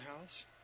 house